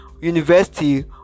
university